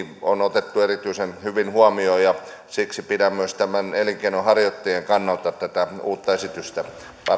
on otettu erityisen hyvin huomioon ja siksi pidän myös elinkeinonharjoittajan kannalta tätä uutta esitystä